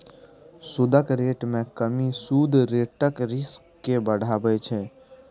सुदक रेट मे कमी सुद रेटक रिस्क केँ बढ़ाबै छै